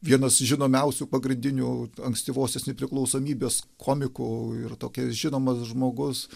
vienas žinomiausių pagrindinių ankstyvosios nepriklausomybės komikų ir tokia žinomas žmogus